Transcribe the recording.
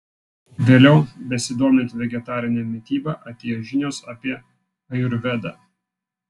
vėliau besidomint vegetarine mityba atėjo žinios apie ajurvedą